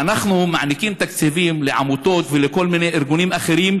ואנחנו מעניקים תקציבים לעמותות ולכל מיני ארגונים אחרים